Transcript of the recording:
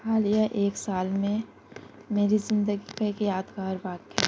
حالیہ ایک سال میں میری زندگی کا ایک یادگار واقعہ